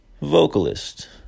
vocalist